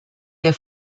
der